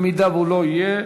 במידה שהוא לא יהיה,